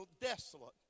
desolate